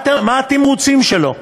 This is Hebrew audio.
מה התמרוצים שלו?